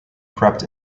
crept